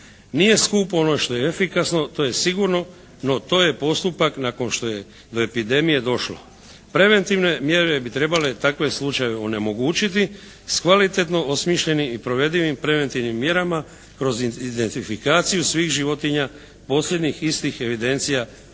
Nije skupo ono što je efikasno, to je sigurno, no to je postupak nakon što je do epidemije došlo. Preventivne mjere bi trebale takve slučajeve onemogućiti s kvalitetno osmišljenim i provedivim preventivnim mjerama kroz identifikaciju svih životinja posljednjih istih evidencija, promjene